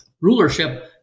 rulership